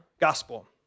gospel